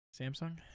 Samsung